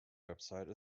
website